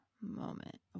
moment